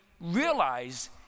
realize